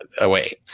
away